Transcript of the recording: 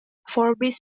forbes